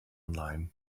online